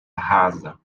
rasa